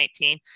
2019